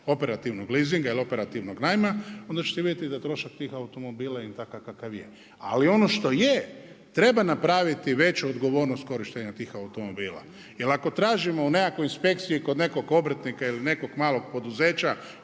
operativnog leasinga ili operativnog najma, onda ćete vidjeti da trošak tih automobila je takav kakav je. Ali ono što je, treba napraviti veću odgovornost korištenja tih automobila. Jer ako tražimo u nekakvoj inspekciji kod nekog obrtnika ili nekog malog poduzeća